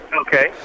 Okay